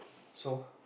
so